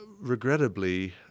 regrettably